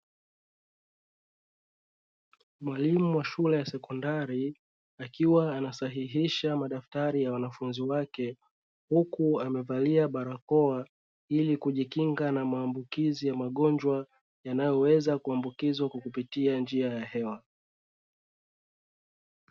Mwalimu wa shule ya sekondari akiwa anasahihisha madaftari ya wanafunzi wake, huku amevalia barakoa ili kujikinga na maambukizi ya magonjwa yanayoweza kuambukizwa kwa kupitia njia ya hewa.